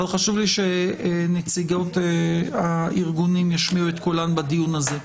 אבל חשוב לי שנציגות הארגונים ישמיעו את קולן בדיון הזה.